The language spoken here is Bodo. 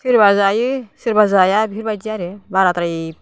सोरबा जायो सोरबा जाया बेफोरबायदि आरो बाराद्राय